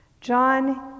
John